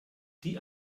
die